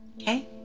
Okay